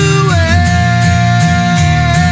away